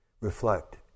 reflect